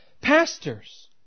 pastors